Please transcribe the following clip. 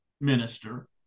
minister